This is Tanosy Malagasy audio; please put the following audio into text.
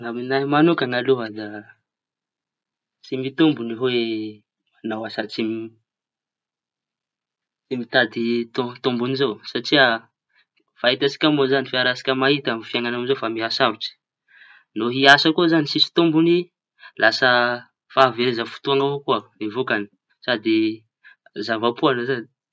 Amy ñahy manokaña aloha da tsy mitombiñy oe hañao asa tsy mi- tsy mitady to- tomboñy zao. Satria efa hitantsika moa zañy efa hiarahantsika mahita ny fiaiñantsika amizao fa sarotsy no hiasa. Koa zañy tsisy tomboñy lasa fahavereza fotoaña avao koa ny vokañy sady zava-poana zañy.